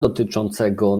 dotyczącego